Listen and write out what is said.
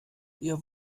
ihr